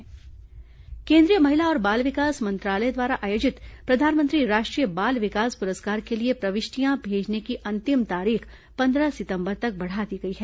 बाल पुरस्कार प्रविष्टियां केंद्रीय महिला और बाल विकास मंत्रालय द्वारा आयोजित प्रधानमंत्री राष्ट्रीय बाल विकास पुरस्कार के लिए प्रविष्टियां भेजने की अंतिम तारीख पंद्रह सितंबर तक बढ़ा दी गई है